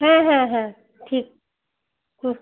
হ্যাঁ হ্যাঁ হ্যাঁ ঠিক হুম